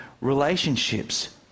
relationships